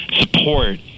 support